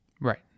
Right